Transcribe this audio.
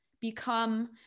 become